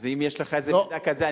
אז אם יש לך איזה מידע כזה,